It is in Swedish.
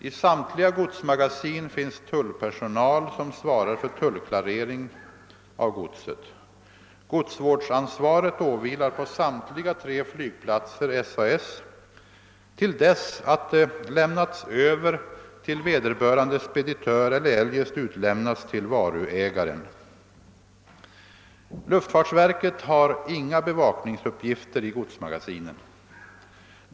I samtliga godsmagasin finns tullpersonal, som svarar för tullklarering av godset. Godsvårdsansvaret åvilar på samtliga tre flygplatser SAS till dess att godset lämnats över till vederbörande speditör eller eljest utlämnats till varuhavaren. Luftfartsverket har inga bevakningsuppgifter i godsmagasinen.